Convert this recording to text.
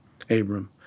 Abram